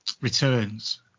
Returns